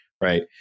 right